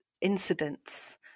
Incidents